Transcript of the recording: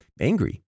angry